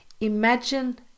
imagine